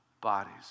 bodies